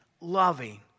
loving